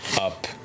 up